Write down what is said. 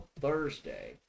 Thursday